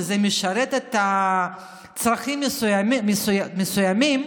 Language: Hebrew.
וזה משרת צרכים מסוימים,